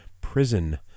prison